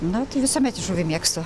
na tai visuomet žuvį mėgstu